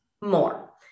more